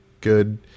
good